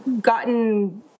gotten